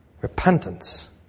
Repentance